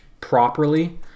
properly